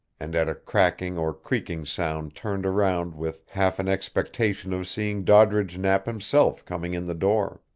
and at a cracking or creaking sound turned around with half an expectation of seeing doddridge knapp himself coming in the door.